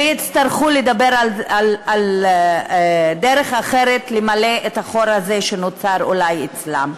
ויצטרכו לדבר על דרך אחרת למלא את החור הזה שאולי נוצר אצלם.